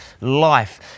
life